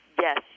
Yes